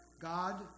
God